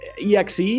EXE